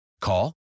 Call